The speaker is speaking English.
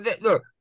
Look